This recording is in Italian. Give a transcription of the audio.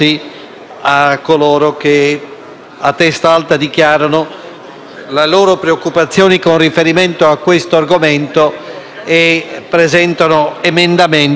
Grazie,